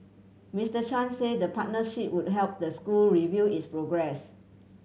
Mister Chan said the partnership would help the school review its progress